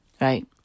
right